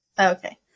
okay